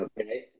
Okay